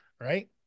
right